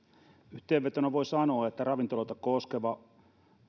yhteenvetona voi sanoa että ravintoloita koskeva